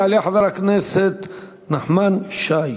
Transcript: יעלה חבר הכנסת נחמן שי.